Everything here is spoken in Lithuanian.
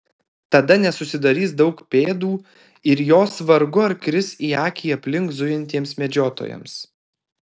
tada nesusidarys daug pėdų ir jos vargu ar kris į akį aplink zujantiems medžiotojams